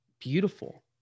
beautiful